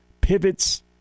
pivots